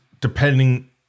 depending